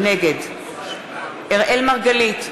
נגד אראל מרגלית,